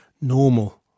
normal